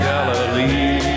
Galilee